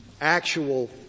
actual